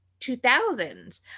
2000s